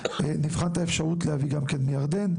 נבחן את האפשרות להביא גם כן מירדן.